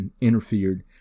interfered